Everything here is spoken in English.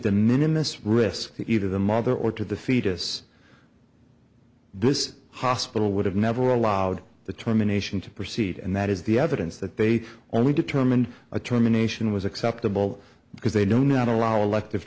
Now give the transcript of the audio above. this risk either the mother or to the fetus this hospital would have never allowed the terminations to proceed and that is the evidence that they only determined a terminations was acceptable because they know not allow elective